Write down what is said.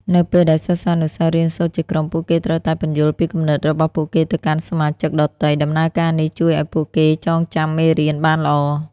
នៅពេលដែលសិស្សានុសិស្សរៀនសូត្រជាក្រុម ពួកគេត្រូវតែពន្យល់ពីគំនិតរបស់ពួកគេទៅកាន់សមាជិកដទៃ។ ដំណើរការនេះជួយឲ្យពួកគេចងចាំមេរៀនបានល្អ។